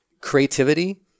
Creativity